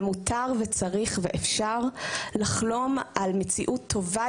ומותר וצריך ואפשר לחלום על מציאות טובה